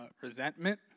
resentment